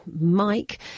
Mike